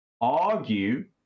argue